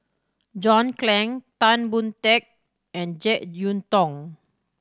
John Clang Tan Boon Teik and Jek Yeun Thong